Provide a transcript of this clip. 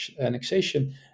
annexation